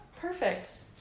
Perfect